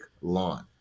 lawn